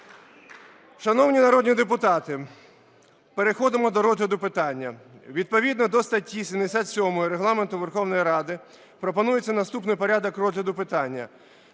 Шановні народні депутати, переходимо до розгляду питання. Відповідно до статті 77 Регламенту Верховної Ради пропонується наступний порядок розгляду питання.